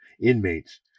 inmates